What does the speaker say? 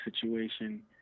situation